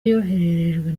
yohererejwe